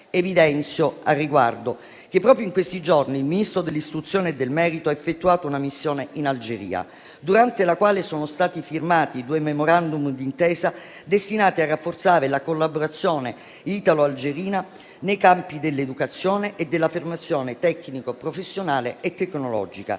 Evidenzio, al riguardo, che proprio in questi giorni il Ministro dell'istruzione e del merito ha effettuato una missione in Algeria, durante la quale sono stati firmati due *memorandum* d'intesa destinati a rafforzare la collaborazione italo-algerina nei campi dell'educazione e della formazione tecnico-professionale e tecnologica.